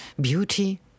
beauty